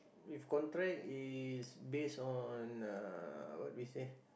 if contract is based on uh what we say